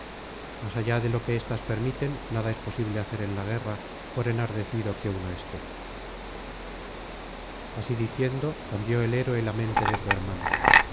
más allá de lo que éstas permiten nada es posible hacer en la guerra por enardecido que uno esté así diciendo cambió el héroe la mente de su hermano